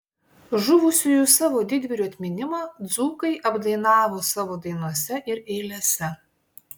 žuvusiųjų savo didvyrių atminimą dzūkai apdainavo savo dainose ir eilėse